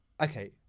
okay